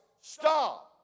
stop